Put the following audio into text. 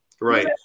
right